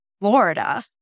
Florida